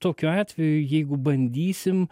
tokiu atveju jeigu bandysim